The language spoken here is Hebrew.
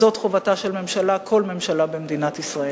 זאת חובתה של ממשלה, כל ממשלה במדינת ישראל.